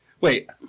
Wait